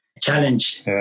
challenge